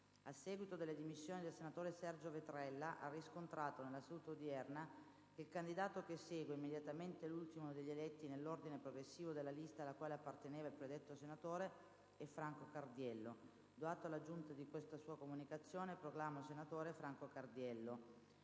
a seguito delle dimissioni del senatore Sergio Vetrella, ha riscontrato, nella seduta odierna, che il candidato che segue immediatamente l'ultimo degli eletti nell'ordine progressivo della lista alla quale apparteneva il predetto senatore è Franco Cardiello. Do atto alla Giunta di questa sua comunicazione e proclamo senatore Franco Cardiello.